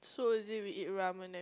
so is it we eat ramen then